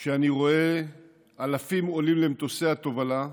כשאני רואה אלפים עולים למטוסי התובלה,